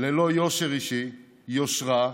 ללא יושר אישי, יושרה,